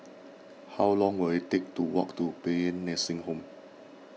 how long will it take to walk to Paean Nursing Home